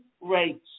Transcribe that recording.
rates